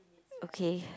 okay